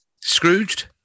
Scrooged